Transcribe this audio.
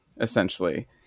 essentially